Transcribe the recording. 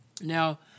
Now